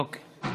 אוקיי.